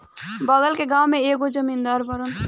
बगल के गाँव के एगो जमींदार बाड़न